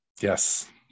Yes